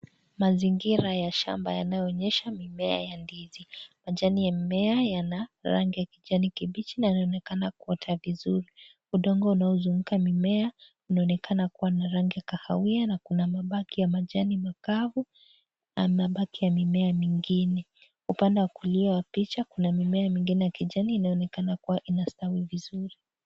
Mazingira ya shamba yanaonyesha mimea ya ndizi. Majani ya mimea yana rangi ya kijani kibichi na yanaonekana kuota vizuri. Udongo unaoizunguka mimea, unaonekana kuwa na rangi kahawia na kuna mabaki ya majani makavu na mabaki ya mimea mingine. Upande wa kulia wa picha una mimea mingine ya kijani inayoonekana kuwa instawi vizuri.